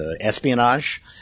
espionage